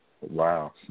Wow